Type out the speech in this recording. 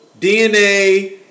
DNA